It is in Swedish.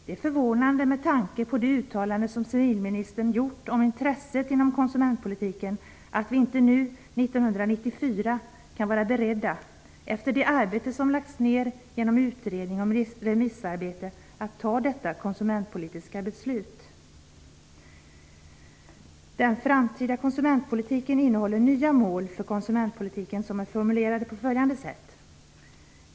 Det är förvånande med tanke på de uttalanden som civilministern gjort om intresset inom konsumentpolitiken, att vi inte nu 1994, efter det arbete som har lagts ned genom utredning och remissomgång, kan vara beredda att fatta detta konsumentpolitiska beslut. Den framtida konsumentpolitiken innehåller nya mål för konsumentpolitiken som är formulerade på följande sätt.